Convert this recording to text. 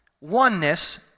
oneness